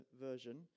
version